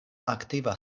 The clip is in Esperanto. aktiva